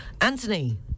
Anthony